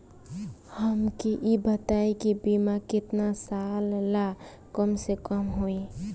हमके ई बताई कि बीमा केतना साल ला कम से कम होई?